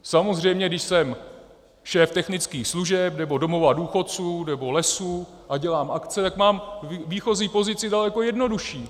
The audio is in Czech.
Samozřejmě když jsem šéf technických služeb nebo domova důchodců nebo lesů a dělám akce, tak mám výchozí pozici daleko jednodušší.